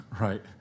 right